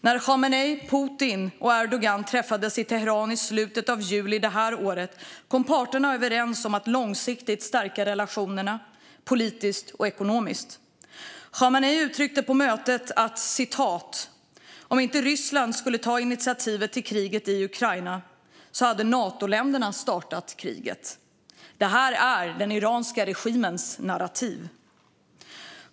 När Khamenei, Putin och Erdogan träffades i Teheran i slutet av juli i år kom parterna överens om att långsiktigt stärka relationerna politiskt och ekonomiskt. Khamenei uttryckte på mötet att om inte Ryssland tagit initiativ till kriget i Ukraina hade Natoländerna startat kriget. Det här är den iranska regimens narrativ.